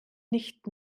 nicht